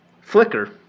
Flicker